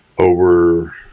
over